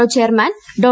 O chairman Dr